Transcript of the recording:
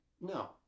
no